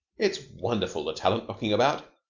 it's wonderful the talent knocking about.